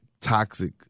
toxic